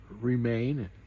remain